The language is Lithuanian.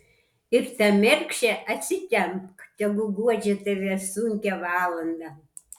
ir tą mergšę atsitempk tegu guodžia tave sunkią valandą